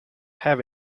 have